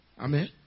Amen